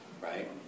Right